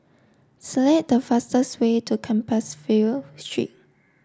select the fastest way to Compassvale Street